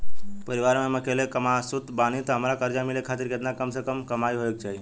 परिवार में हम अकेले कमासुत बानी त हमरा कर्जा मिले खातिर केतना कम से कम कमाई होए के चाही?